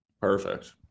perfect